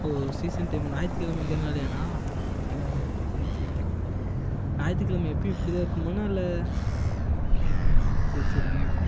ஓ season time ஞாயிற்று கிழமங்குறதுனாலயாணா சரி சரிண்ணா ஞாயிற்று கிழமை எப்போயும் இப்படி தான் இருக்குமாணா இல்லை சரி சரிங்ண்ணா